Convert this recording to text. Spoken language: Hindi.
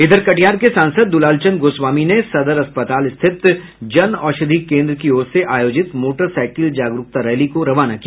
उधर कटिहार के सांसद दुलालचंद गोस्वामी ने सदर अस्पताल स्थित जन औषधि केन्द्र की ओर से आयोजित मोटरसाइकिल जागरूकता रैली को रवाना किया